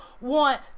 want